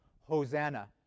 Hosanna